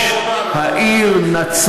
זה אנחנו יודעים, שמענו, ראש העיר נצרת,